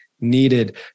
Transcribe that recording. needed